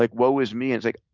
like woe is me. it's like,